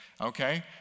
okay